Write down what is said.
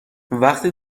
وقتی